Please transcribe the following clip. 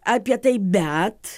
apie tai bet